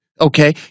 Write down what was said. Okay